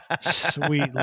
Sweet